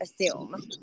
assume